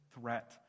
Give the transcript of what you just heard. threat